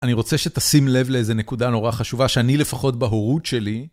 אני רוצה שתשים לב לאיזה נקודה נורא חשובה שאני לפחות בהורות שלי.